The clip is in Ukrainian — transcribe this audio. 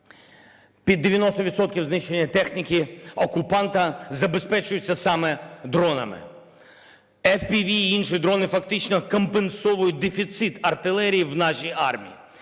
відсотків знищення техніки окупанта забезпечується саме дронами. FPV і інші дрони фактично компенсують дефіцит артилерії в нашій армії.